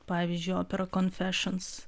pavyzdžiui opera konfešns